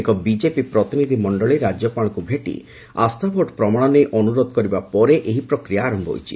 ଏକ ବିଜେପି ପ୍ରତିନିଧି ମଣ୍ଡଳୀ ରାଜ୍ୟପାଳଙ୍କୁ ଭେଟି ଆସ୍ଥାଭୋଟ ପ୍ରମାଣ ନେଇ ଅନୁରୋଧ କରିବା ପରେ ଏହି ପ୍ରକ୍ରିୟା ଆରମ୍ଭ ହୋଇଛି